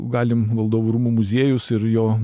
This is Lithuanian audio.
galim valdovų rūmų muziejus ir jo